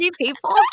people